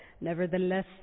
nevertheless